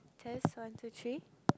test one two three